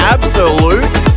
Absolute